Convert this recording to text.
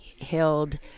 held